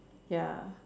ya